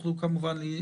הדמוקרטיה.